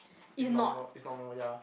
it's normal it's normal ya